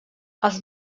els